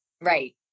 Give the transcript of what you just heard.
Right